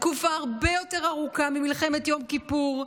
תקופה הרבה יותר ארוכה ממלחמת יום כיפור,